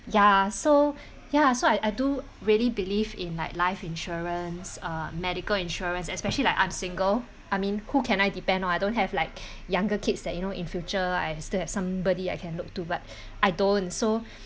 ya so ya so I I do really believe in like life insurance uh medical insurance especially like I'm single I mean who can I depend I don't have like younger kids that you know in future I still have somebody I can look to but I don't so